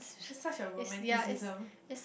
it's such a romanticism